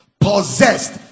possessed